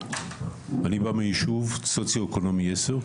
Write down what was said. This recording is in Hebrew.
אני בא מישוב במעמד סוציו-אקונומי 10,